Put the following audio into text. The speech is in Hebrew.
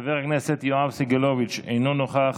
חבר הכנסת יואב סגלוביץ' אינו נוכח,